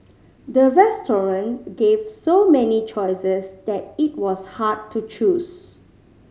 the restaurant gave so many choices that it was hard to choose